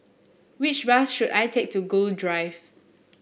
which bus should I take to Gul Drive